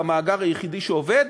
במאגר היחיד שעובד,